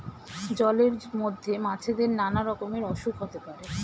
জলের মধ্যে মাছেদের নানা রকমের অসুখ হতে পারে